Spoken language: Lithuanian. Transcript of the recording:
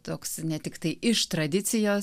toks ne tiktai iš tradicijos